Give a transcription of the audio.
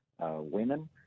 women